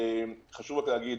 חשוב להגיד,